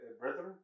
brethren